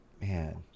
Man